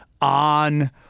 on